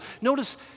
Notice